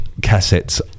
cassettes